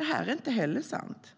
Det är inte heller sant.